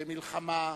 ומלחמה.